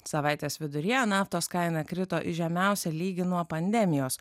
savaitės viduryje naftos kaina krito į žemiausią lygį nuo pandemijos